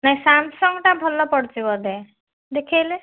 ନାହିଁ ସାମ୍ସଙ୍ଗଟା ଭଲ ପଡ଼ୁଛି ବୋଧେ ଦେଖାଇଲେ